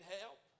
help